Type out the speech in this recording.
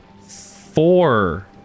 four